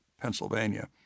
Pennsylvania